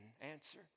Answer